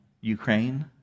Ukraine